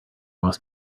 must